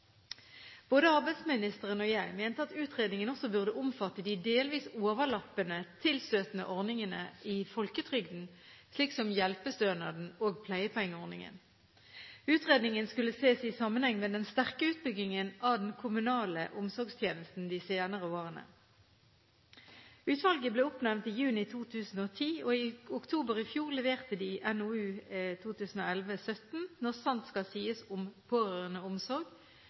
Både arbeidsministeren og jeg mente at utredningen også burde omfatte de delvis overlappende tilstøtende ordningene i folketrygden, slik som hjelpestønaden og pleiepengeordningen. Utredningen skulle ses i sammenheng med den sterke utbyggingen av den kommunale omsorgstjenesten de senere årene. Utvalget ble oppnevnt i juni 2010, og i oktober i fjor leverte de NOU 2011:17 Når sant skal sies om